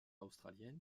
australienne